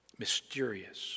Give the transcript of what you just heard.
mysterious